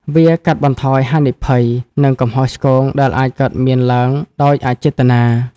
វាកាត់បន្ថយហានិភ័យ និងកំហុសឆ្គងដែលអាចកើតមានឡើងដោយអចេតនា។